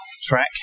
track